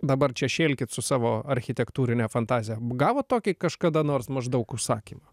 dabar čia šėlkit su savo architektūrine fantazija gavot tokį kažkada nors maždaug užsakymą